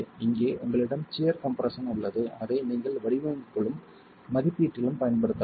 இங்கே உங்களிடம் shear compression உள்ளது அதை நீங்கள் வடிவமைப்பிலும் மதிப்பீட்டிலும் பயன்படுத்தலாம்